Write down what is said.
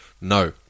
No